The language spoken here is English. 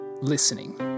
Listening